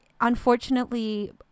unfortunately